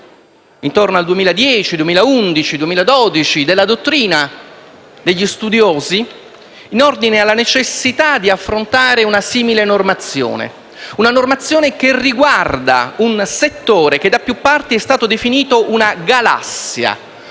intorno al 2010, 2011 e 2012 della dottrina e degli studiosi in ordine alla necessità di affrontare una simile normazione che riguarda un settore che da più parti è stato definito una galassia